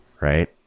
right